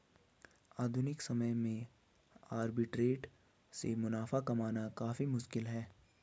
आधुनिक समय में आर्बिट्रेट से मुनाफा कमाना काफी मुश्किल है